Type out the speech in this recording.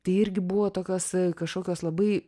tai irgi buvo tokios kažkokios labai